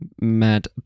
mad